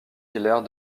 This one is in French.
hilaire